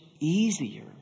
easier